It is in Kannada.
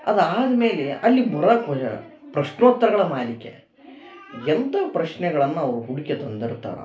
ಅದಾದ ಮೇಲೆ ಅಲ್ಲಿ ಬರಕ್ಕ ಪ್ರಶ್ನೋತ್ತರಗಳ ಮಾಲಿಕೆ ಎಂಥ ಪ್ರಶ್ನೆಗಳನ್ನು ಅವರು ಹುಡುಕಿ ತಂದಿರ್ತಾರೆ